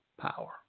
power